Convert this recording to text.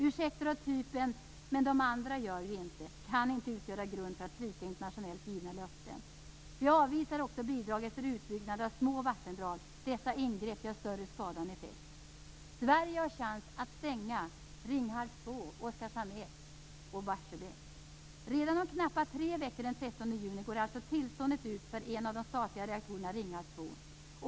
Ursäkter av typen "de andra gör det ju inte" kan inte utgöra grund för att svika internationellt givna löften. Vi avvisar också bidraget för utbyggnad av små vattendrag. Dessa ingrepp ger större skada än effekt. Sverige har chansen att stänga Ringhals 2, Oskarshamn 1 och Barsebäck. Redan om knappt tre veckor, den 30 juni, går alltså tillståndet ut för en av de statliga reaktorerna, Ringhals 2.